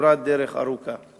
כברת דרך ארוכה.